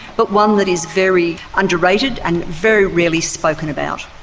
but one that is very underrated and very rarely spoken about.